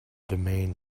domain